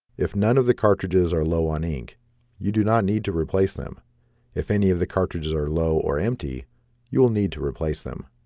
if none of the cartridges are low on ink you do not need to replace them if any of the cartridges are low or empty you will need to replace them